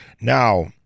Now